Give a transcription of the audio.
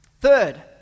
third